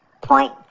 point